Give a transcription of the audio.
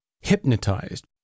hypnotized